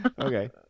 Okay